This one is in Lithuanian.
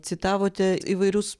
citavote įvairius